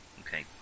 Okay